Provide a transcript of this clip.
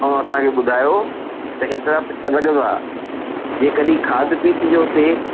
ऐं असांखे ॿुधायो त हेतिरा पैसा लॻंदा जे कॾहिं खाध पीत जो उते